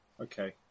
Okay